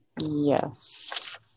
Yes